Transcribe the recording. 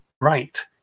right